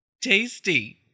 tasty